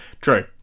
True